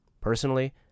Personally